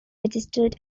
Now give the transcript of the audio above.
registered